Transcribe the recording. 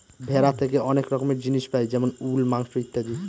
ভেড়া থেকে অনেক রকমের জিনিস পাই যেমন উল, মাংস ইত্যাদি